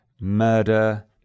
murder